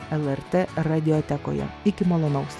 lrt radiotekoje iki malonaus